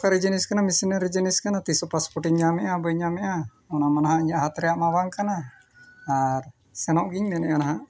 ᱥᱚᱨᱠᱟᱨᱤ ᱡᱤᱱᱤᱥ ᱠᱟᱱᱟ ᱡᱤᱱᱤᱥ ᱠᱟᱱᱟ ᱛᱤᱥᱚᱜ ᱤᱧ ᱧᱟᱢᱮᱫᱼᱟ ᱵᱟᱹᱧ ᱧᱟᱢᱮᱫᱼᱟ ᱚᱱᱟ ᱢᱟ ᱱᱟᱦᱟᱜ ᱤᱧᱟᱹᱜ ᱦᱟᱛ ᱨᱮᱱᱟᱜ ᱢᱟ ᱵᱟᱝ ᱠᱟᱱᱟ ᱟᱨ ᱥᱮᱱᱚᱜ ᱜᱮᱧ ᱢᱮᱱᱮᱫᱼᱟ ᱱᱟᱦᱟᱜ